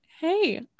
hey